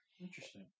Interesting